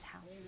house